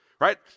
right